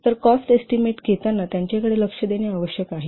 तर cost estimate घेताना त्यांचेकडे लक्ष देणे आवश्यक आहे